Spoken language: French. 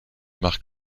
marques